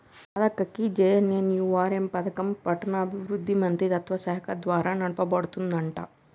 రాధక్క గీ జె.ఎన్.ఎన్.యు.ఆర్.ఎం పథకం పట్టణాభివృద్ధి మంత్రిత్వ శాఖ ద్వారా నడపబడుతుందంట